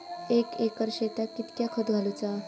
एक एकर शेताक कीतक्या खत घालूचा?